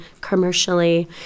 commercially